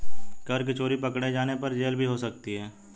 कर की चोरी पकडे़ जाने पर जेल भी हो सकती है